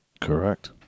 Correct